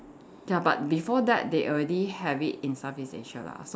ya but before that they already have it in Southeast Asia lah so